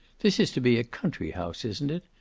this is to be a country house, isn't it?